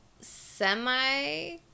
Semi